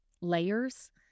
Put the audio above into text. layers